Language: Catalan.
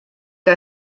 que